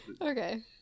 okay